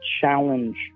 challenge